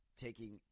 taking